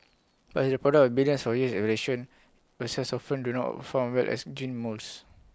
but as the product of billions of years of viruses often do not perform well as gene mules